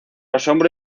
asombro